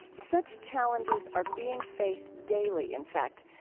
such challenges are being faced daily, in fact,